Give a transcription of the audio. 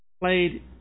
played